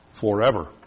forever